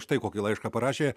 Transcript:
štai kokį laišką parašė